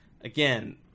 again